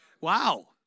Wow